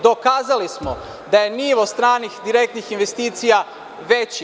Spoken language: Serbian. Dokazali smo da je nivo stranih direktnih investicija veći.